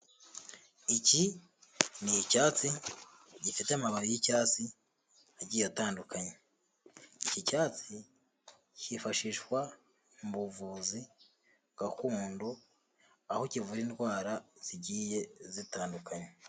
Iki ni icyatsi gifite amababi y'icyatsi agiye atandukanye, iki cyatsi hifashishwa mu buvuzi gakondo aho kivura indwara zigiye zitandukanye.